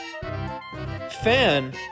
Fan